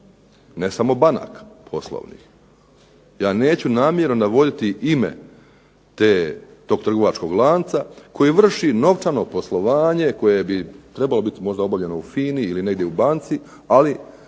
ne samo banaka poslovnih. Ja neću namjerno navoditi ime tog trgovačkog lanca koji vrši novčano poslovanje koje bi trebalo biti možda obavljeno u FINA-i ili negdje u banci, ali